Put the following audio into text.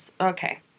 Okay